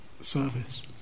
service